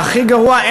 והכי גרוע,